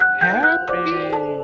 happy